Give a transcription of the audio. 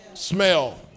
Smell